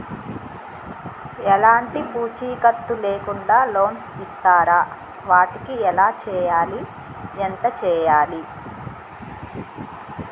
ఎలాంటి పూచీకత్తు లేకుండా లోన్స్ ఇస్తారా వాటికి ఎలా చేయాలి ఎంత చేయాలి?